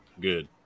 Good